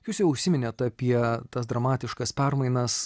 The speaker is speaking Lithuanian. jūs jau užsiminėt apie tas dramatiškas permainas